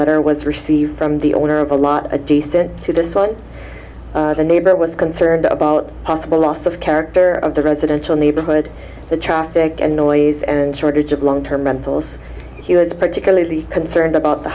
letter was received from the owner of a lot a decent to this one the neighbor was concerned about possible loss of character of the residential neighborhood the traffic and noise and shortage of long term mentals he was particularly concerned about the